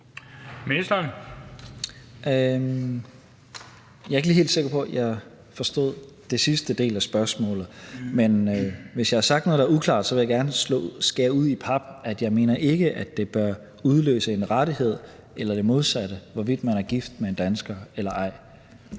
Jeg er ikke lige helt sikker på, at jeg forstod den sidste del af spørgsmålet. Men hvis jeg har sagt noget, der er uklart, så vil jeg gerne skære ud i pap, at jeg ikke mener, at det bør udløse en rettighed eller det modsatte, hvorvidt man er gift med en dansker eller ej.